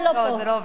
לא, זה לא עובד ככה.